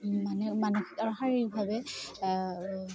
মানে মানসিক আৰু শাৰীৰিকভাৱে